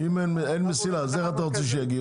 אם אין מסילה אז איך אתה רוצה שיגיעו?